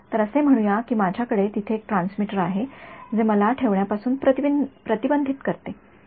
तर असे म्हणूया की माझ्याकडे येथे एक ट्रान्समीटर आहे जे मला ठेवण्यापासून प्रतिबंधित करते